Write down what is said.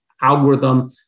algorithm